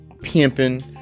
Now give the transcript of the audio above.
pimping